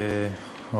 תודה רבה,